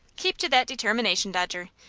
keep to that determination, dodger,